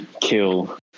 Kill